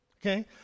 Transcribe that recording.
okay